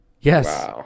Yes